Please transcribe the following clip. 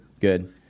Good